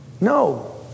No